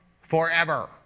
forever